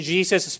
Jesus